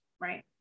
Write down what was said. Right